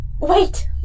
Wait